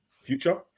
future